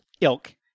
ilk